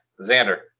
Xander